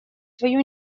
свою